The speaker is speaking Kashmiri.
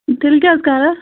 تیٚلہِ کیٛاہ حظ کَرٕ